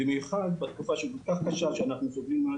בייחוד לאור התקופה הכול כך קשה שאנחנו נמצאים בה,